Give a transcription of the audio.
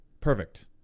Perfect